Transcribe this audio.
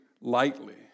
lightly